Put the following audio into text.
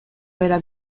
bera